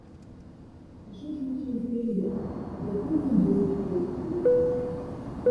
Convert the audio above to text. aš užmušiau fėją bet tai jau buvo praeityje